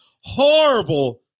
horrible